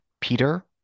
Peter